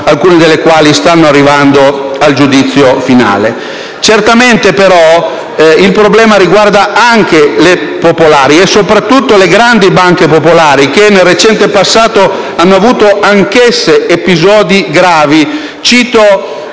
alcune delle quali stanno arrivando al giudizio finale. Certamente però il problema riguarda anche le banche popolari - soprattutto le grandi banche popolari - che nel recente passato hanno vissuto episodi gravi.